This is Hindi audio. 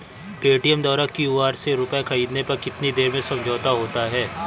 पेटीएम द्वारा क्यू.आर से रूपए ख़रीदने पर कितनी देर में समझौता होता है?